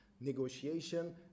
negotiation